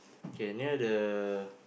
K near the